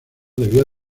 debió